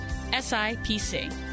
SIPC